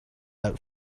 out